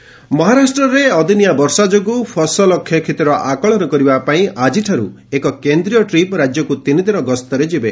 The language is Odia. ମହା ସେଣ୍ଟ୍ରାଲ୍ ଟିମ୍ ମହାରାଷ୍ଟ୍ରରେ ଅଦିନିଆ ବର୍ଷା ଯୋଗୁଁ ଫସଲ କ୍ଷୟକ୍ଷତିର ଆକଳନ କରିବା ପାଇଁ ଆଜିଠାରୁ ଏକ କେନ୍ଦ୍ରୀୟ ଟିମ୍ ରାଜ୍ୟକୁ ତିନିଦିନ ଗସ୍ତରେ ଯିବେ